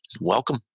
Welcome